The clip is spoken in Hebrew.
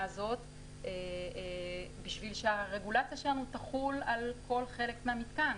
הזאת בשביל שהרגולציה שלנו תחול על כל חלק מהמיתקן.